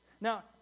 Now